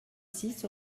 six